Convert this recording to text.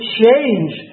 change